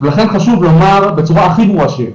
לכן חושב לומר בצורה הכי ברורה שיש,